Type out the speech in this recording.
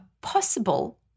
possible